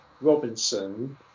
Robinson